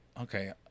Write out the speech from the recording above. okay